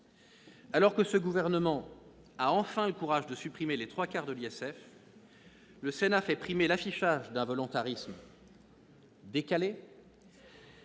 Alors que ce gouvernement a enfin le courage de supprimer les trois quarts de l'ISF, le Sénat fait primer l'affichage d'un volontarisme décalé